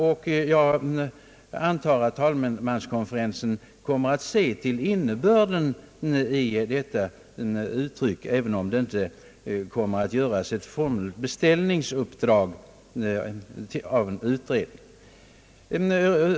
Jag antar också att talmanskonferensen kommer att se till innebörden i vad som skrivits, även om det inte görs en formell beställning av en utredning.